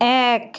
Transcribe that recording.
এক